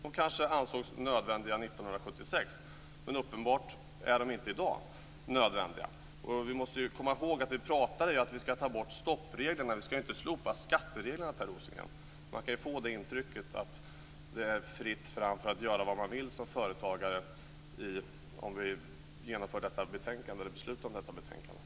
De kanske ansågs nödvändiga 1976, men uppenbart är de inte nödvändiga i dag. Vi måste komma ihåg att vi pratar om att ta bort stoppreglerna. Vi ska inte slopa skattereglerna, Per Rosengren. Man kan få det intrycket; att det är fritt fram att göra vad man vill som företagare om vi genomför besluten i detta betänkande.